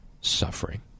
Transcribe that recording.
suffering